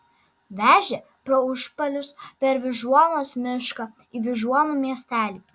vežė pro užpalius per vyžuonos mišką į vyžuonų miestelį